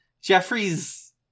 Jeffrey's